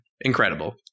Incredible